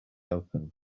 open